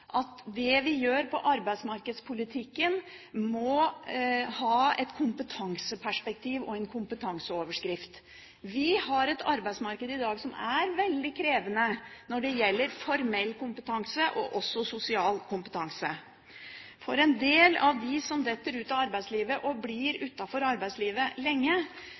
at det vi gjør i arbeidsmarkedspolitikken, må ha et kompetanseperspektiv og en kompetanseoverskrift. Vi har et arbeidsmarked i dag som er veldig krevende når det gjelder formell og sosial kompetanse. På en del av dem som detter ut av arbeidslivet og blir utenfor arbeidslivet lenge,